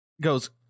goes